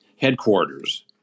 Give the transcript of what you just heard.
headquarters